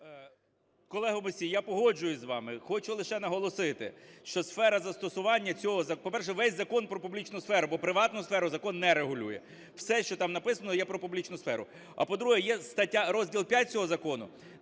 Колего Мусій, я погоджуюсь з вами. Хочу лише наголосити, що сфера застосування цього закону… По-перше, весь закон – про публічну сферу, бо приватну сферу закон не регулює. Все, що там написано, є про публічну сферу. А по-друге, є стаття… розділ V цього закону,